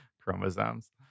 chromosomes